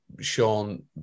Sean